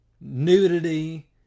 nudity